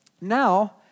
Now